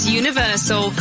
universal